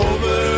Over